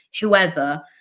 whoever